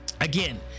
again